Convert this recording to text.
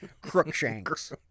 Crookshanks